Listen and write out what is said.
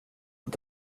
att